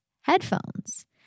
headphones